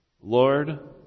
Lord